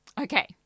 Okay